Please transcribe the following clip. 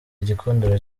igikundiro